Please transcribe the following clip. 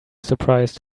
surprise